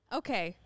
okay